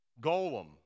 golem